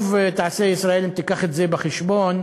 טוב תעשה ישראל אם תיקח את זה בחשבון,